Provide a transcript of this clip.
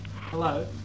Hello